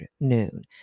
noon